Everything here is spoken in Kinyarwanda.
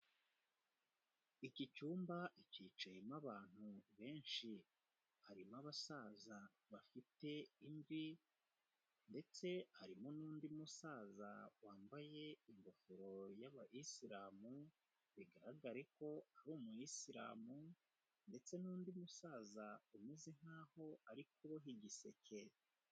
Iki cyumba kicayemo abantu benshi, harimo abasaza bafite imvi ndetse harimo n'undi musaza wambaye ingofero y'abayisilamu, bigaragare ko ari umuyisilamu ndetse n'undi musaza umeze nk'aho ari kuboha igiseke.